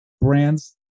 brands